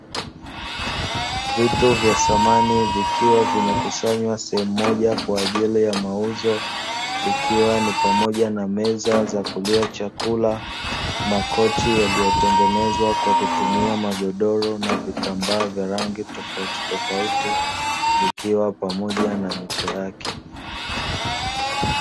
Vitu vya samani vikiwa vimekusanywa sehemu moja kwa ajili ya mauzo ikiwa ni pamoja na meza za kulia chakula, makochi yaliyotengenezwa kwa kutumia magodoro na vitambaa vya rangi tofautitofauti vikiwa pamoja na mito yake.